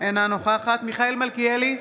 אינה נוכחת מיכאל מלכיאלי,